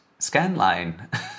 Scanline